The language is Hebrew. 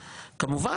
כמובן,